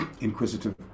inquisitive